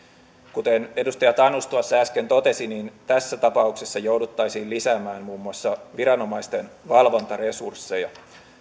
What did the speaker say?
kuten edustaja tanus tuossa äsken totesi tässä tapauksessa jouduttaisiin lisäämään muun muassa viranomaisten valvontaresursseja